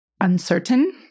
uncertain